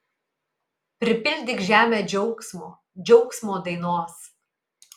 pripildyk žemę džiaugsmo džiaugsmo dainos